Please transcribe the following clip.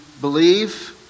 believe